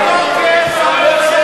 התוקף המוסרי של משאל העם,